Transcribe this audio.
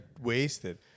wasted